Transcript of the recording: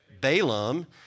Balaam